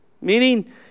Meaning